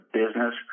business